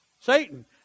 Satan